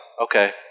okay